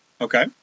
Okay